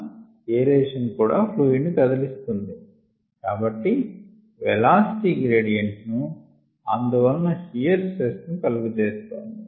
aeration కూడా fluid ని కదిలిస్తుంది కాబట్టి వెలాసిటీ గ్రేడియెంట్ ను అందువలన షియార్ స్ట్రెస్ ను కలుగ చేస్తోంది